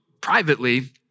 privately